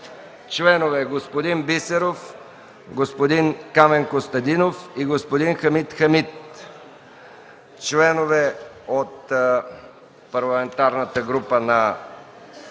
Членове – господин Бисеров, господин Камен Костадинов и господин Хамид Хамид, от Парламентарната група на